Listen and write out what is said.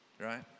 Right